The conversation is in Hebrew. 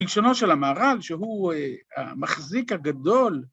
רגשונו של המערב שהוא המחזיק הגדול